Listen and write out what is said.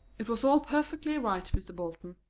it was all perfectly right, mr. bolton,